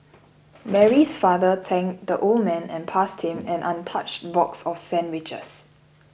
Mary's father thanked the old man and passed him an untouched box of sandwiches